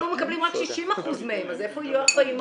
אנחנו מקבלים רק 60% מהם, אז איפה יהיו 40%?